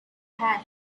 had